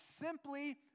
simply